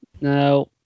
Now